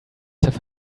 have